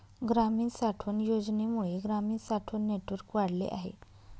ग्रामीण साठवण योजनेमुळे ग्रामीण साठवण नेटवर्क वाढले आहे